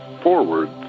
forward